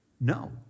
No